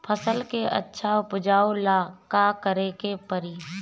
फसल के अच्छा उपजाव ला का करे के परी?